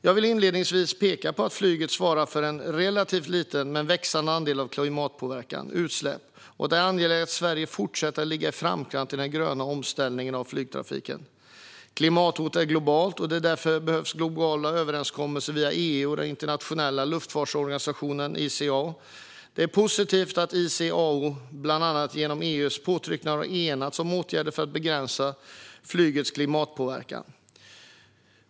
Jag vill peka på att flyget svarar för en relativt liten men växande andel av klimatpåverkande utsläpp och att det är angeläget att Sverige fortsätter att ligga i framkant i den gröna omställningen av flygtrafiken. Klimathotet är globalt, och därför behövs det globala överenskommelser via EU och den internationella luftfartsorganisationen ICAO. Det är positivt att ICAO, bland annat genom EU:s påtryckningar, har enats om åtgärder för att begränsa flygets klimatpåverkan.